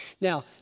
Now